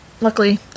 luckily